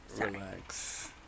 relax